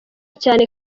cyane